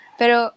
pero